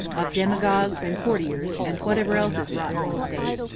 of demagogues and courtiers, and whatever else is rotten in the state,